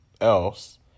else